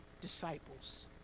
disciples